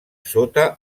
sota